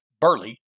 Burley